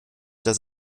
dass